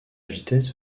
vitesse